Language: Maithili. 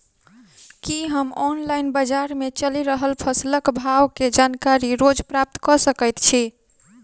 की हम ऑनलाइन, बजार मे चलि रहल फसलक भाव केँ जानकारी रोज प्राप्त कऽ सकैत छी?